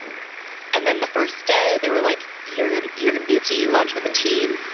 and then the first day there were like, you're good, you're gonna be up to eat lunch with the team.